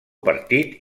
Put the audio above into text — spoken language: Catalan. partit